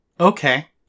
Okay